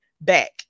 back